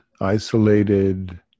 isolated